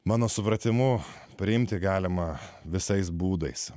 mano supratimu priimti galima visais būdais